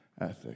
ethic